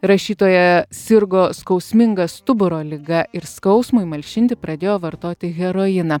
rašytoja sirgo skausminga stuburo liga ir skausmui malšinti pradėjo vartoti heroiną